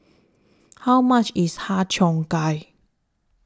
How much IS Har Cheong Gai